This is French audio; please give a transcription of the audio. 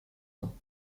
ans